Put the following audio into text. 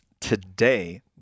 today